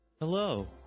Hello